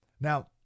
Now